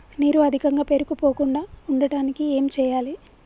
నీరు అధికంగా పేరుకుపోకుండా ఉండటానికి ఏం చేయాలి?